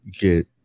get